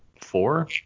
four